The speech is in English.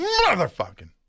Motherfucking